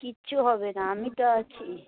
কিচ্ছু হবে না আমি তো আছি